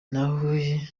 nawe